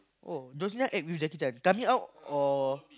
oh John-Cena act with Jackie-Chan coming out or